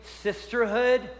sisterhood